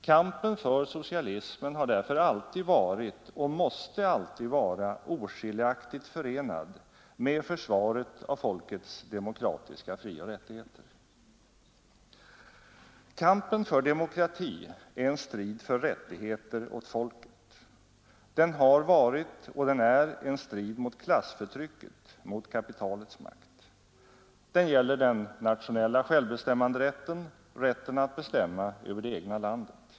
Kampen för socialismen har därför alltid varit och måste alltid vara oskiljaktigt förenad med försvaret av folkets demokratiska frioch rättigheter. Kampen för demokrati är en strid för rättigheter åt folket. Den har varit och den är en strid mot klassförtrycket, mot kapitalets makt. Den gäller den nationella självbestämmanderätten: rätten att bestämma över det egna landet.